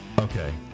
Okay